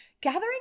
Gathering